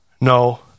No